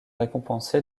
récompensé